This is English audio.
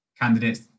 candidates